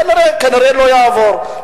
כנראה הוא לא יעבור.